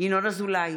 ינון אזולאי,